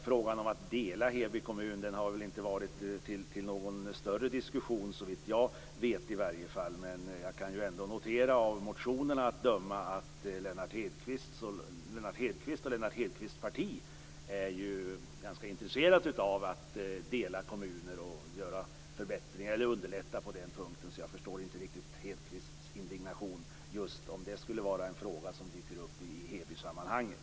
Frågan om att dela Heby kommun har väl inte varit uppe till någon större diskussion såvitt jag vet i varje fall, men jag kan ju ändå notera av motionerna att döma att Lennart Hedquist och hans parti ju är ganska intresserade av att dela kommuner och underlätta på den punkten, så jag förstår inte riktigt Hedquists indignation om just det skulle vara en fråga som dyker upp i Hebysammanhanget.